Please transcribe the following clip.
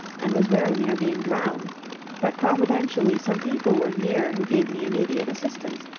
and was very near being drowned but providentially some people were near who gave me immediate assistance,